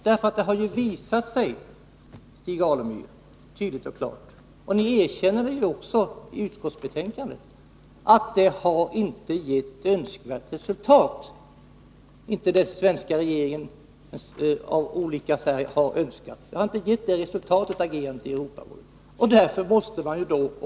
Det har ju, Stig Alemyr, tydligt och klart visat sig — och det erkänner ni också i utskottsbetänkandet — att den svenska regeringens agerande i Europarådet inte gett önskvärt resultat, oavsett vilken färg regeringen haft.